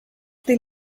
they